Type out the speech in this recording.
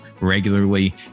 regularly